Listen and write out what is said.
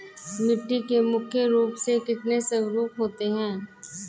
मिट्टी के मुख्य रूप से कितने स्वरूप होते हैं?